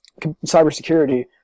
cybersecurity